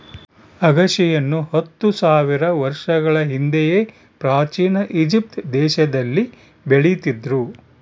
ಅಗಸೆಯನ್ನು ಹತ್ತು ಸಾವಿರ ವರ್ಷಗಳ ಹಿಂದೆಯೇ ಪ್ರಾಚೀನ ಈಜಿಪ್ಟ್ ದೇಶದಲ್ಲಿ ಬೆಳೀತಿದ್ರು